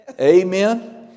Amen